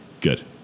Good